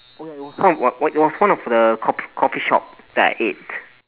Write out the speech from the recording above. oh ya it was one one it was one of the cof~ coffee shop that I ate